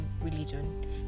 religion